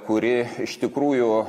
kuri iš tikrųjų